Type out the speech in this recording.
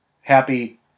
Happy